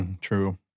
true